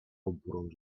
oburącz